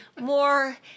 more